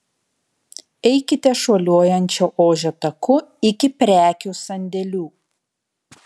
eikite šuoliuojančio ožio taku iki prekių sandėlių